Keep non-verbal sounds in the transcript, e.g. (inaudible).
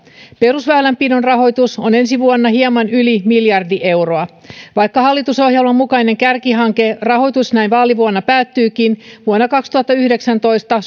perusväylänpidon rahoitus on ensi vuonna hieman yli miljardi euroa vaikka hallitusohjelman mukainen kärkihankerahoitus näin vaalivuonna päättyykin vuonna kaksituhattayhdeksäntoista (unintelligible)